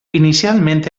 inicialment